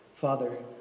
Father